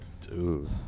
Dude